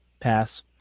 pass